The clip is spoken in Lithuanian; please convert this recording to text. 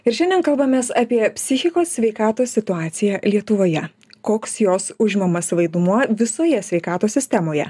ir šiandien kalbamės apie psichikos sveikatos situaciją lietuvoje koks jos užimamas vaidmuo visoje sveikatos sistemoje